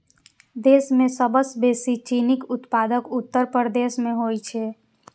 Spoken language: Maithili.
देश मे सबसं बेसी चीनीक उत्पादन उत्तर प्रदेश मे होइ छै